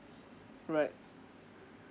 alright